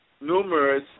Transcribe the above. numerous